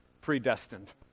predestined